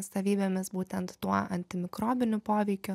savybėmis būtent tuo antimikrobiniu poveikiu